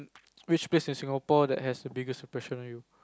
which place in Singapore that has the biggest impression on you